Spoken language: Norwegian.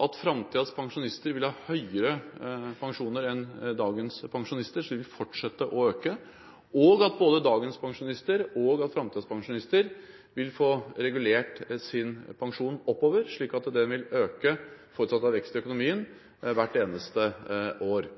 at framtidens pensjonister vil ha høyere pensjoner enn dagens pensjonister – de vil fortsette å øke – og at både dagens pensjonister og framtidens pensjonister vil få regulert sin pensjon oppover, slik at den vil øke, forutsatt vekst i økonomien, hvert eneste år.